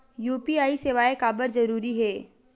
UPI सेवाएं काबर जरूरी हे?